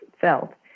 felt